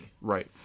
right